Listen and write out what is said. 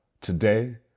Today